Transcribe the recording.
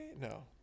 No